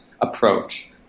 approach